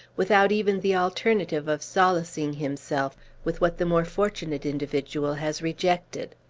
without even the alternative of solacing himself with what the more fortunate individual has rejected.